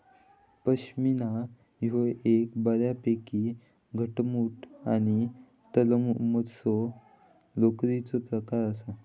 पश्मीना ह्यो एक बऱ्यापैकी घटमुट आणि तलमसो लोकरीचो प्रकार आसा